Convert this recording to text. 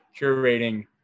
curating